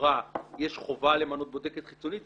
שלחברה יש חובה למנות בודקת חיצונית,